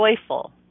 joyful